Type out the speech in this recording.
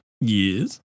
Yes